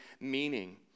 meaning